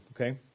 Okay